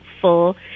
Full